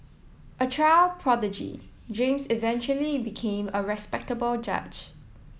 a child prodigy James eventually became a respectable judge